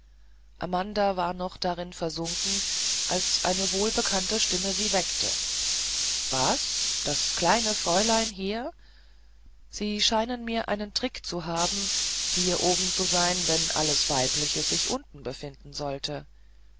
amanda war noch darin versunken als eine wohlbekannte stimme sie weckte was das kleine fräulein hier sie scheinen mir einen trick zu haben hier oben zu sein wenn alles weibliche sich unten befinden sollte